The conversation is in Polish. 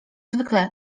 zwykle